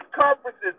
conferences